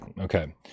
okay